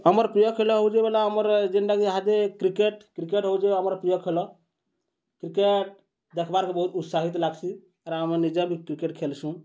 ଆମର୍ ପ୍ରିୟ ଖେଲ ହଉଚେ ବେଲେ ଆମର୍ ଯେନ୍ଟାକି ଇହାଦେ କ୍ରିକେଟ୍ କ୍ରିକେଟ୍ ହଉଚେ ଆମର୍ ପ୍ରିୟ ଖେଲ କ୍ରିକେଟ୍ ଦେଖ୍ବାକେ ବହୁତ୍ ଉତ୍ସାହିତ୍ ଲାଗ୍ସି ଆର୍ ଆମେ ନିଜେ ବି କ୍ରିକେଟ୍ ଖେଲ୍ସୁଁ